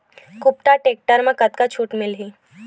कुबटा टेक्टर म कतका छूट मिलही?